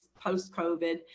post-covid